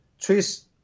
Trees